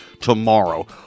tomorrow